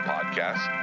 podcast